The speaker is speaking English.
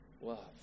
love